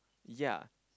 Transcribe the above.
ya